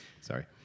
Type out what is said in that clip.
Sorry